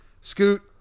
Scoot